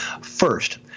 First